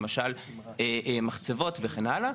למשל מחצבות וכן הלאה,